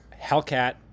Hellcat